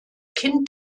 kind